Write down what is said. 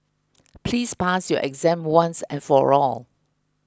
please pass your exam once and for all